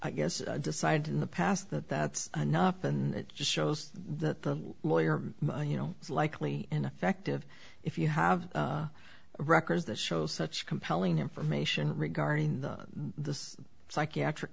i guess decided in the past that that's enough and it just shows that the lawyer you know is likely ineffective if you have records that show such compelling information regarding the psychiatric